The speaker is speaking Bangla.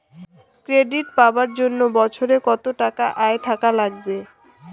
ক্রেডিট পাবার জন্যে বছরে কত টাকা আয় থাকা লাগবে?